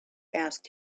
asked